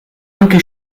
anche